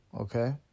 Okay